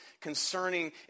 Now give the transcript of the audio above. concerning